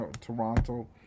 Toronto